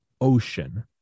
ocean